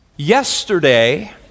yesterday